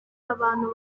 abantu